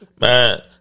Man